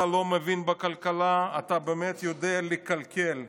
אתה לא מבין בכלכלה, אתה באמת יודע לקלקל.